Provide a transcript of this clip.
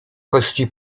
kości